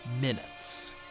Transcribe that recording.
minutes